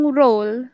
role